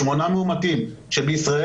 בישראל,